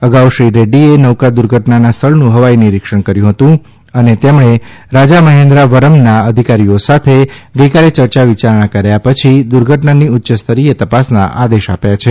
અગાઉ શ્રી રેડ્ડીએ નૌકા દુર્ધટનાના સ્થળનું હવાઇ નિરીક્ષણ કર્યું હતું અને તેમણે રાજમહેન્દ્રવર્મમના અધિકારીઓ સાથે ગઇકાલે ચર્ચા વિયારણા કર્યા પછી દુર્ધટનાની ઉચ્યસ્તરીય તપાસના આદેશ આપ્યા છે